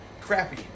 crappy